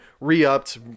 re-upped